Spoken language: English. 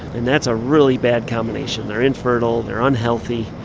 and that's a really bad combination. they're infertile. they're unhealthy.